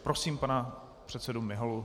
Prosím pana předsedu Miholu.